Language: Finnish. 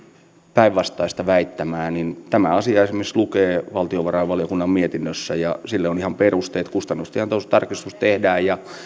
päinvastaista väittämää niin tämä asia esimerkiksi lukee valtiovarainvaliokunnan mietinnössä ja sille on ihan perusteet kustannustenjaon tarkistus tehdään ja